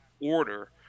order